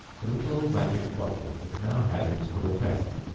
the little magic bottle had now had its full effect,